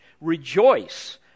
rejoice